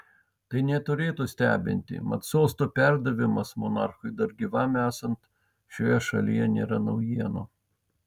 tai neturėtų stebinti mat sosto perdavimas monarchui dar gyvam esant šioje šalyje nėra naujiena